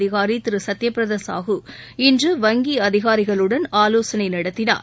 அதிகாரி திரு சத்யபிரதா சாஹூ இன்று வங்கி அதிகாரிகளுடன் ஆலோசனை நடத்தினார்